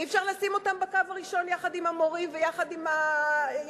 אי-אפשר לשים אותם בקו הראשון יחד עם המורים ויחד עם הרופאים?